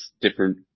different